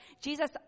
Jesus